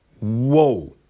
whoa